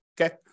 Okay